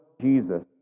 Jesus